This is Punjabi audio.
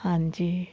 ਹਾਂਜੀ